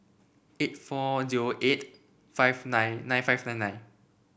eight four zero eight five nine nine five nine nine